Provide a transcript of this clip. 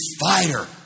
fighter